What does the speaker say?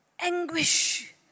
anguish